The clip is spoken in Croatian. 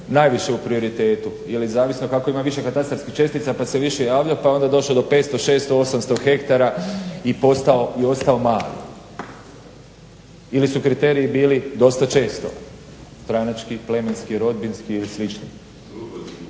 najviše u prioritetu ili zavisno kako ima više katastarskih čestica pa se više javljao pa onda došao do 500, 600, 800 hektara i postao i ostao mali. Ili su kriteriji bili dosta često stranački, plemenski, rodbinski ili